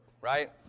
right